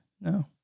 no